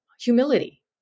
humility